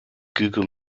google